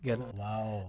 Wow